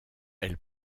elle